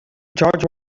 george